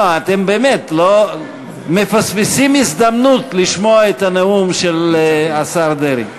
אתם באמת מפספסים הזדמנות לשמוע את הנאום של השר דרעי,